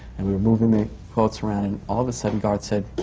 and we were moving the quotes around. and all of a sudden garth said,